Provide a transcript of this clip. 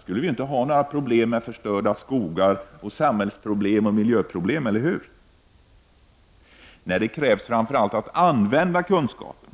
skulle vi ju inte ha problem med förstörda skogar och andra samhällsproblem och miljöproblem, eller hur? Nej, det krävs framför allt förmåga att använda kunskapen,